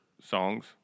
songs